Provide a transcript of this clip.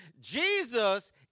Jesus